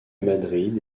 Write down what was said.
madrid